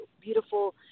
beautiful